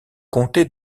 comté